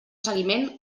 seguiment